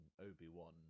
Obi-Wan